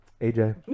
AJ